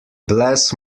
bless